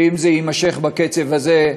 ואם זה יימשך בקצב הזה,